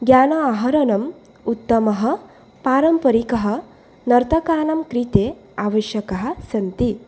ज्ञान आहरणम् उत्तमः पारम्परिकः नर्तकानं कृते आवश्यकः सन्ति